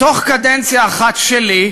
תוך קדנציה אחת שלי,